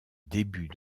début